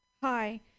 Hi